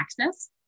access